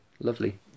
lovely